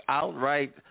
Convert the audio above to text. outright –